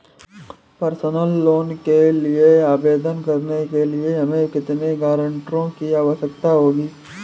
Personal loan के लिए आवेदन करने के लिए हमें कितने गारंटरों की आवश्यकता है?